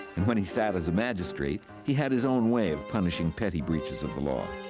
and, when he sat as magistrate, he had his own way of punishing petty breaches of the law.